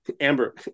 Amber